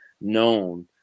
known